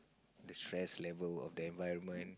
the stress level of the environment